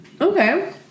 Okay